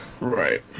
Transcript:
Right